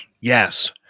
Yes